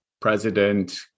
president